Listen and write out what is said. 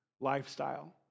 lifestyle